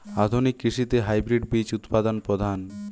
আধুনিক কৃষিতে হাইব্রিড বীজ উৎপাদন প্রধান